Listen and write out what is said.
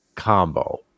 combo